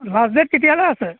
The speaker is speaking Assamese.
লাষ্ট ডে'ট কেতিয়ালৈ আছে